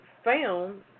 Found